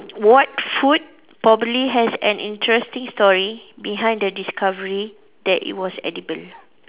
what food probably has an interesting story behind the discovery that it was edible